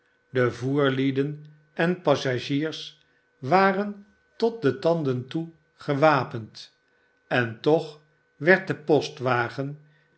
de voerlieden en passagiers waren tot de tanden toe gewapend en toch werd de